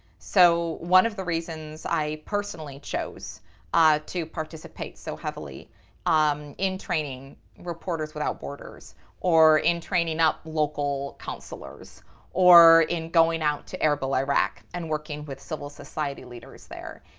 so one of the reasons i personally chose ah to participate so heavily um in training reporters without borders or in training up local councilors or in going out to erbil, iraq, and working with civil society leaders there,